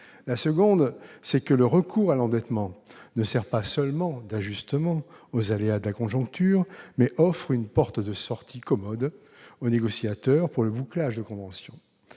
Deuxièmement, le recours à l'endettement ne sert pas seulement d'ajustement aux aléas de la conjoncture. Il offre également une porte de sortie commode aux négociateurs pour le bouclage des conventions.